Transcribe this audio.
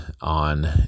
on